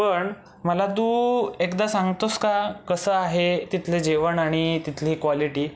पण मला तू एकदा सांगतोस का कसं आहे तिथलं जेवण आणि तिथली क्वॉलिटी